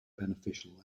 beneficial